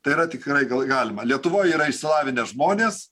tai yra tikrai gal galima lietuvoj yra išsilavinę žmonės